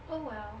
oh well